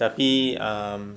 tapi um